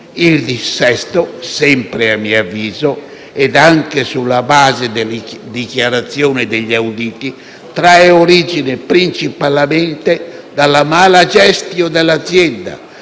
Il dissesto, sempre a mio avviso, anche sulla base delle dichiarazioni degli auditi, trae origine principalmente dalla *mala gestio* dell'azienda,